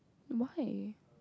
why